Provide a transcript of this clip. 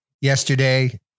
Yesterday